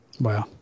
Wow